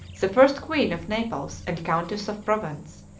the first queen of naples and countess of provence,